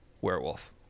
werewolf